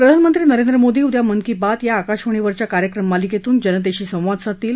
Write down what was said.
प्रधानमंत्री नरेंद्र मोदी उद्या मन की बात या आकाशवाणीवरच्या कार्यक्रम मालिकत्त्विन जनतधी संवाद साधतील